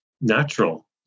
natural